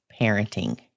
parenting